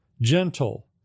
gentle